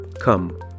Come